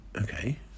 okay